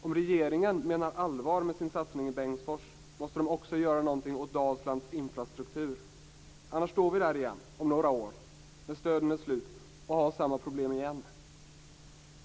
Om regeringen menar allvar med sin satsning i Bengtsfors måste den också göra något åt Dalslands infrastruktur. Annars står vi där igen om några år, när stöden är slut, och har samma problem igen.